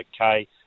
okay